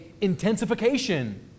intensification